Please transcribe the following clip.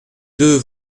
deux